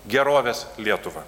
gerovės lietuvą